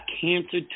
cancer